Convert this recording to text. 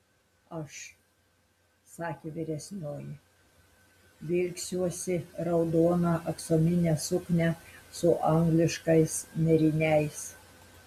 aš sakė vyresnioji vilksiuosi raudoną aksominę suknią su angliškais nėriniais